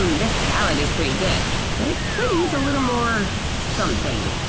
this salad is pretty good but it could use a little more something.